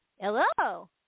Hello